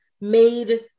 made